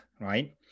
right